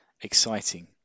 exciting